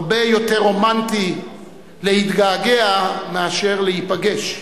הרבה יותר רומנטי להתגעגע מאשר להיפגש.